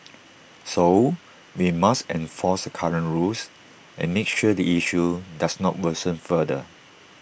so we must enforce the current rules and make sure the issue does not worsen further